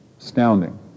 Astounding